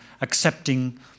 accepting